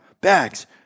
Bags